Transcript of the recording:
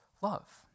love